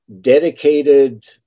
dedicated